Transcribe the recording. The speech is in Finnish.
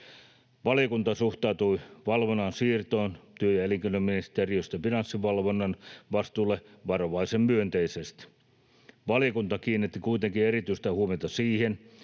Valiokunta suhtautui valvonnan siirtoon työ- ja elinkeinoministeriöstä Finanssivalvonnan vastuulle varovaisen myönteisesti. Valiokunta kiinnitti kuitenkin erityistä huomiota siihen,